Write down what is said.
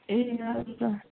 ए हजुर